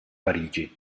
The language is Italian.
parigi